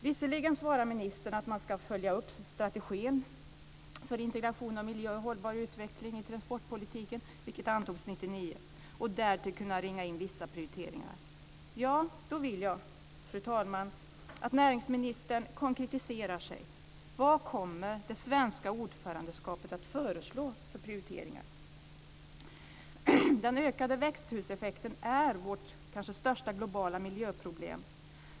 Visserligen svarar ministern att man ska följa upp strategin för integration av miljö och hållbar utveckling i transportpolitiken, vilken antogs 1999, och därtill kunna ringa in vissa prioriteringar. Då vill jag, fru talman, att näringsministern konkretiserar sig. Vilka prioriteringar kommer det svenska ordförandeskapet att föreslå? Den ökade växthuseffekten är vårt kanske största globala miljöproblem.